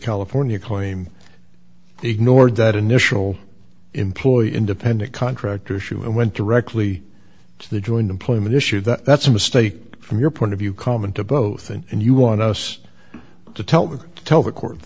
california claim they ignored that initial employee independent contractor issue and went directly to the joint employment issue that's a mistake from your point of view common to both and you want us to tell them to tell